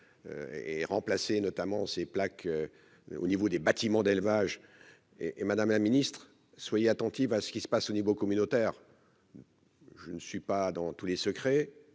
de rendre, et notamment ces plaques au niveau des bâtiments d'élevage et et Madame la Ministre soyez attentive à ce qui se passe au niveau communautaire. Je ne suis pas dans tous les secrets,